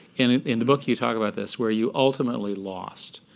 in in the book, you talk about this, where you ultimately lost,